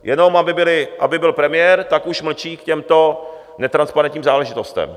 Jenom aby byl premiér, tak už mlčí k těmto netransparentním záležitostem.